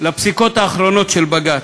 לפסיקות האחרונות של בג"ץ: